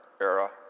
era